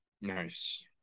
Nice